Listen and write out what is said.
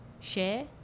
share